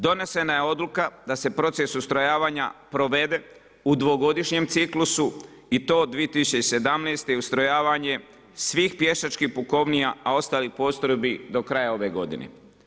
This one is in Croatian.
Donesena je odluka da se proces ustrojavanja provede u dvogodišnjem ciklusu i to 2017. ustrojavanje svih pješačkih pukovnija o ostalih postrojbi do kraja ove godine.